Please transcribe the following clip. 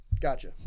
gotcha